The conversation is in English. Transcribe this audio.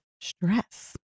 stress